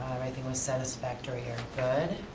everything was satisfactory or good.